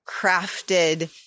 crafted